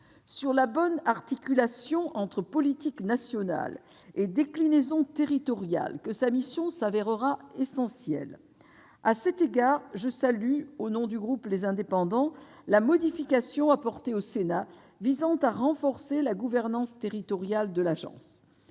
sur la bonne articulation entre politique nationale et déclinaison territoriale que sa mission sera essentielle. À cet égard, je salue, au nom du groupe Les Indépendants, la modification apportée au Sénat visant à renforcer la gouvernance territoriale de l'Agence.